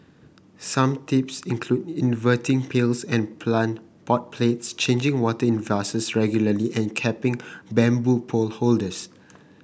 some tips include inverting pails and plant pot plates changing water in vases regularly and capping bamboo pole holders